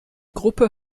gruppe